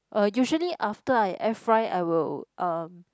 uh usually after I air fry I will um